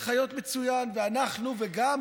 וחיות מצוין, ואנחנו, ולא